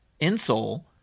insole